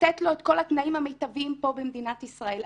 לתת לו את כל התנאים המיטביים פה במדינת ישראל.